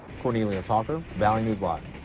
cornelius hocker. valley news live.